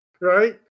Right